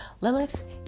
lilith